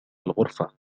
الغرفة